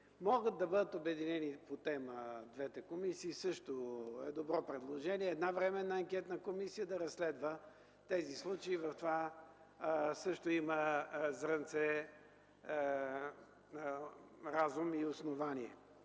могат да бъдат обединени по тема, това също е добро предложение – една временна анкетна комисия да разследва тези случаи. В това също има зрънце разум и основание.